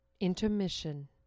intermission